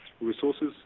resources